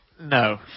No